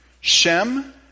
Shem